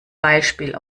beispiel